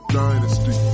dynasty